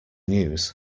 news